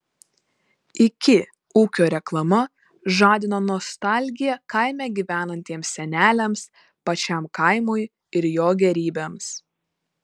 iki ūkio reklama žadino nostalgiją kaime gyvenantiems seneliams pačiam kaimui ir jo gėrybėms